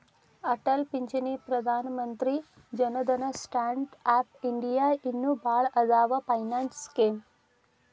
ಅಟಲ್ ಪಿಂಚಣಿ Pradhan Mantri Jan Dhan stand up India ಇನ್ನು ಭಾಳ್ ಅದಾವ್ ಫೈನಾನ್ಸ್ ಸ್ಕೇಮ್